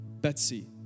Betsy